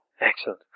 Excellent